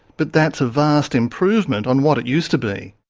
but that's a vast improvement on what it used to be.